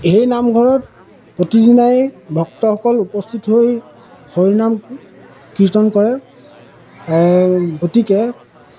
সেই নামঘৰত প্ৰতিদিনাই ভক্তসকল উপস্থিত হৈ হৰীৰ নাম কীৰ্তন কৰে গতিকে